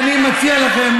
אני מציע לכן,